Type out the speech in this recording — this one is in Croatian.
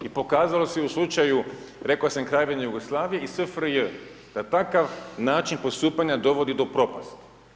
I pokazalo se i u slučaju rekao sam i Kraljevine Jugoslavije i SFRJ, da takav način postupanja dovodi do propasti.